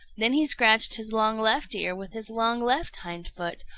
then he scratched his long left ear with his long left hind foot,